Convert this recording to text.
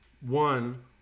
one